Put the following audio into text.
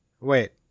Wait